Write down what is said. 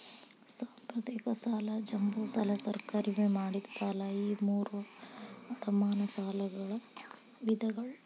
ಸಾಂಪ್ರದಾಯಿಕ ಸಾಲ ಜಂಬೋ ಸಾಲ ಸರ್ಕಾರಿ ವಿಮೆ ಮಾಡಿದ ಸಾಲ ಈ ಮೂರೂ ಅಡಮಾನ ಸಾಲಗಳ ವಿಧಗಳ